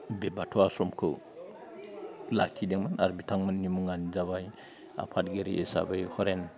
बे बाथौ आश्रमखौ लाखिदोंमोन आरो बिथांमोननि मुङानो जाबाय आफादगिरि हिसाबै हरेन